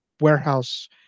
warehouse